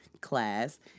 class